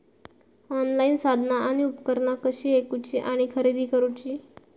Online साधना आणि उपकरणा कशी ईकूची आणि खरेदी करुची?